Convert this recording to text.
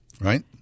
Right